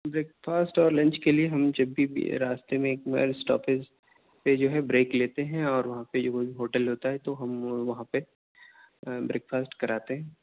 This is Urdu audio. بریکفاسٹ اور لنچ کے لیے ہم جب بھی بھی راستے میں ایک اسٹاپچ پہ جو ہے بریک لیتے ہیں اور وہاں پہ جو کوئی ہوٹل ہوتا ہے تو ہم وہاں پہ بریکفاسٹ کراتے ہیں